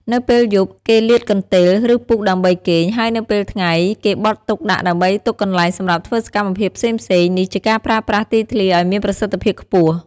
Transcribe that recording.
នៅពេលយប់ គេលាតកន្ទេល ឬពូកដើម្បីគេង ហើយនៅពេលថ្ងៃ គេបត់ទុកដាក់ដើម្បីទុកកន្លែងសម្រាប់ធ្វើសកម្មភាពផ្សេងៗ នេះជាការប្រើប្រាស់ទីធ្លាឱ្យមានប្រសិទ្ធភាពខ្ពស់។។